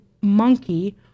monkey